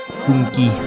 funky